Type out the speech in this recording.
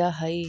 जा हई